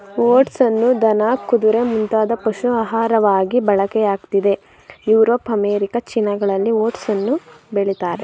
ಓಟ್ಸನ್ನು ದನ ಕುದುರೆ ಮುಂತಾದ ಪಶು ಆಹಾರವಾಗಿ ಬಳಕೆಯಾಗ್ತಿದೆ ಯುರೋಪ್ ಅಮೇರಿಕ ಚೀನಾಗಳಲ್ಲಿ ಓಟ್ಸನ್ನು ಬೆಳಿತಾರೆ